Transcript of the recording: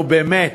נו באמת,